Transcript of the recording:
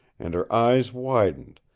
and her eyes widened,